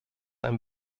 ein